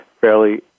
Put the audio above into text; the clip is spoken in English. fairly